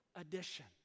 addition